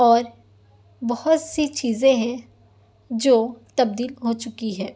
اور بہت سی چیزیں ہیں جو تبدیل ہو چکی ہیں